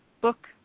book